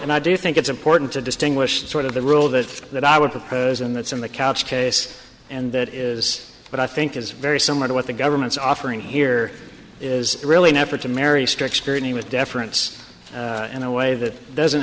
and i do think it's important to distinguish sort of the rule that that i would propose and that's in the couch case and that is what i think is very similar to what the government's offering here is really an effort to marry strict scrutiny with deference in a way that doesn't